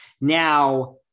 Now